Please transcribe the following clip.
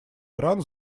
иран